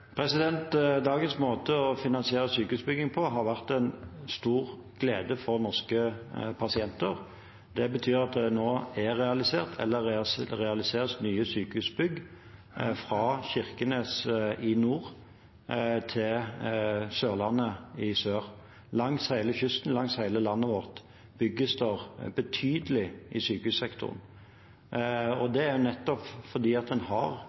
Dagens måte å finansiere sykehusbygging på har vært en stor glede for norske pasienter. Det betyr at det nå er realisert eller realiseres nye sykehusbygg fra Kirkenes i nord til Sørlandet i sør. Langs hele kysten, langs hele landet vårt, bygges det betydelig i sykehussektoren, nettopp fordi man har en